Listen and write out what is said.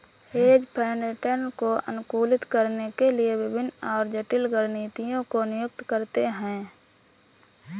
hedge fund return को अनुकूलित करने के लिए विभिन्न और जटिल रणनीतियों को नियुक्त करते हैं